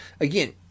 Again